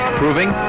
proving